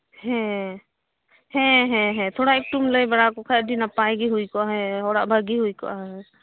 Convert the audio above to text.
ᱦᱮᱸᱻ ᱦᱮᱸ ᱦᱮᱸ ᱛᱷᱚᱲᱟ ᱮᱠᱴᱩᱢ ᱞᱟᱹᱭ ᱵᱟᱲᱟᱣ ᱠᱚ ᱠᱷᱟᱡ ᱟᱹᱰᱤ ᱱᱟᱯᱟᱭ ᱜᱮ ᱦᱩᱭ ᱠᱚᱼᱟ ᱦᱮᱸ ᱦᱚᱲᱟᱜ ᱵᱷᱟᱜᱤ ᱦᱩᱭ ᱠᱚᱜᱼᱟ